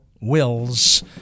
Wills